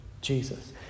Jesus